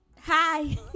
Hi